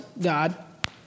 God